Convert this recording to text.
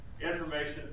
information